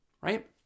right